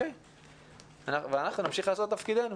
ואז ביום שני כל המשחק ייפתח שוב ואנחנו נוכל שוב לדון.